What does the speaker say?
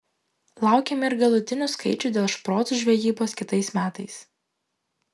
laukiame ir galutinių skaičių dėl šprotų žvejybos kitais metais